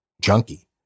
junkie